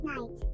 Night